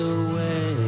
away